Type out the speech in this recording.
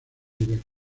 directa